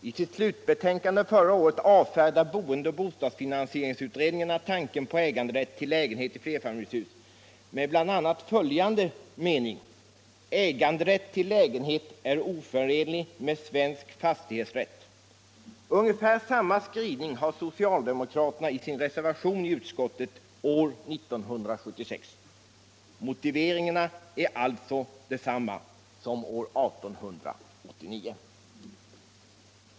I sitt slutbetänkande förra året avfärdar boendeoch bostadsfinansieringsutredningarna tanken på äganderätt till lägenhet i flerfamiljshus med bl.a. följande mening: ”Äganderätt till lägenhet är oförenlig med svensk fastighetsrätt.” Ungefär samma skrivning har socialdemokraterna i sin reservation i utskottet år 1976. Motiveringarna är alltså desamma som år 1889.